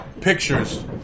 pictures